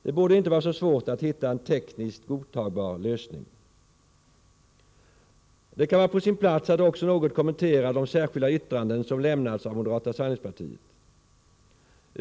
Det borde inte vara så svårt att hitta en tekniskt godtagbar lösning. Det kan vara på sin plats att också något kommentera de särskilda yttranden som lämnats av moderata samlingspartiet.